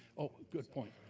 oh, good point,